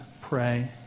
pray